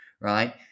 right